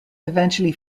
eventually